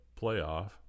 playoff